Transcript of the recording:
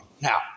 Now